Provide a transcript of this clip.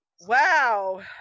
wow